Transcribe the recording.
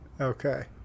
Okay